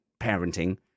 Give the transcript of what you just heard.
parenting